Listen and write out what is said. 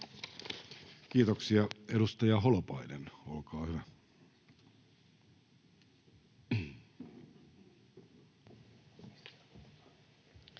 Kiitoksia. — Edustaja Holopainen, olkaa hyvä.